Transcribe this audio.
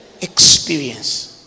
experience